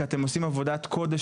כי אתם עושים עבודת קודש,